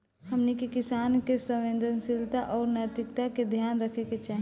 हमनी के किसान के संवेदनशीलता आउर नैतिकता के ध्यान रखे के चाही